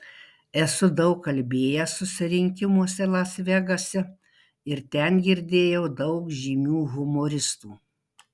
esu daug kalbėjęs susirinkimuose las vegase ir ten girdėjau daug žymių humoristų